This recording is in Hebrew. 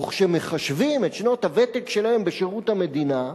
וכשמחשבים את שנות הוותק שלהם בשירות המדינה,